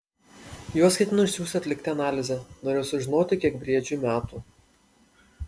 juos ketino išsiųsti atlikti analizę norėjo sužinoti kiek briedžiui metų